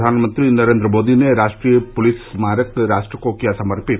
प्रधानमंत्री नरेन्द्र मोदी ने राष्टीय पुलिस स्मारक राष्ट को किया समर्पित